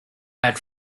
had